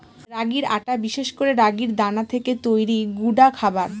রাগির আটা বিশেষ করে রাগির দানা থেকে তৈরি গুঁডা খাবার